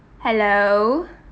hello